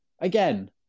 Again